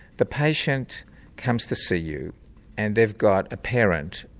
the patient comes to see you and they've got a parent,